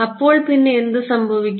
അപ്പോൾ പിന്നെ എന്ത് സംഭവിക്കും